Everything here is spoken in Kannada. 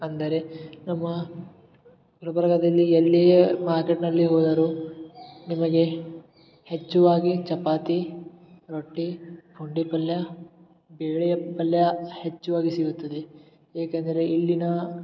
ಅಂದರೆ ನಮ್ಮ ಗುಲ್ಬರ್ಗದಲ್ಲಿ ಎಲ್ಲಿಯೇ ಮಾರ್ಕೆಟ್ನಲ್ಲಿ ಹೋದರು ನಿಮಗೆ ಹೆಚ್ಚು ಆಗಿ ಚಪಾತಿ ರೊಟ್ಟಿ ಪುಂಡಿ ಪಲ್ಯ ಬೇಳೆಯ ಪಲ್ಯ ಹೆಚ್ಚು ಆಗಿ ಸಿಗುತ್ತದೆ ಏಕೆಂದರೆ ಇಲ್ಲಿನ